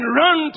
run